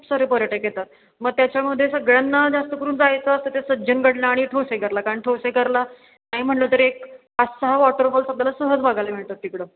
खूप सारे पर्यटक येतात मग त्याच्यामध्ये सगळ्यांना जास्त करून जायचं असतं ते सज्जनगडला आणि ठोसेघरला कारण ठोसेघरला नाही म्हटलं तर एक पाच सहा वॉटरफॉल आपल्याला सहज बघायला मिळतात तिकडं